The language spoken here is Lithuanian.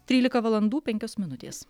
trylika valandų penkios minutės